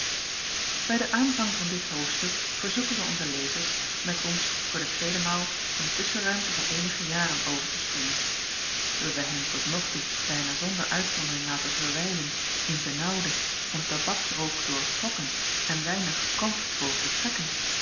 bij den aanvang van dit hoofdstuk verzoeken wij onze lezers met ons voor de tweede maal een tusschenruimte van eenige jaren over te springen hebben wij hen tot nog toe bijna zonder uitzondering laten verwijlen in benaauwde van tabaksrook doortrokken en weinig comfortable vertrekken